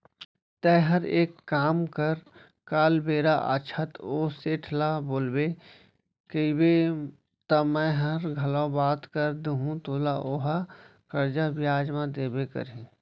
तैंहर एक काम कर काल बेरा आछत ओ सेठ ल बोलबे कइबे त मैंहर घलौ बात कर दूहूं तोला ओहा करजा बियाज म देबे करही